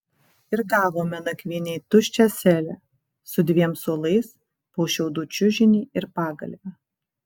ir gavome nakvynei tuščią celę su dviem suolais po šiaudų čiužinį ir pagalvę